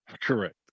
Correct